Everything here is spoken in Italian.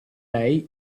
lei